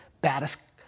baddest